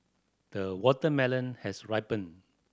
the watermelon has ripened